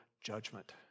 judgment